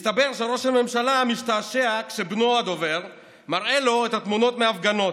מסתבר שראש הממשלה משתעשע כשבנו הדובר מראה לו את התמונות מההפגנות.